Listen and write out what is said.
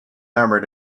member